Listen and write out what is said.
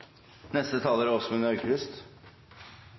Neste taler er